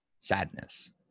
sadness